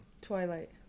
Twilight